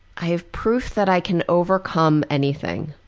i have proof that i can overcome anything.